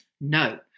No